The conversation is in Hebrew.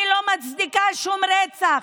אני לא מצדיקה שום רצח.